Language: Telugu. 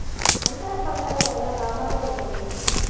అంతర పంటల వలన లాభాలు ఏమిటి?